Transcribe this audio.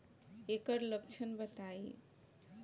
एकर लक्षण बताई?